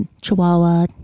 chihuahua